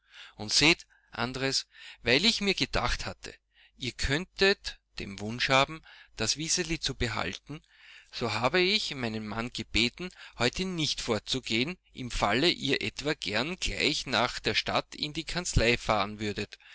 und seht andres weil ich mir gedacht hatte ihr könntet den wunsch haben das wiseli zu behalten so habe ich meinen mann gebeten heute nicht fortzugehen im fall ihr etwa gern gleich nach der stadt in die kanzlei fahren würdet